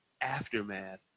aftermath